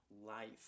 life